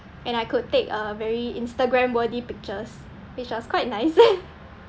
and I could take a very instagram worthy pictures which was quite nice